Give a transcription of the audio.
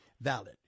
valid